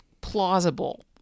plausible